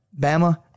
Bama